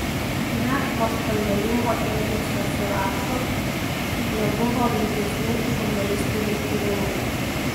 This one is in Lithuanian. net po skandalingo elgesio su raču nebuvo rimtesnių žurnalistinių tyrimų